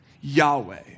Yahweh